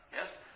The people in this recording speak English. Yes